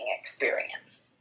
experience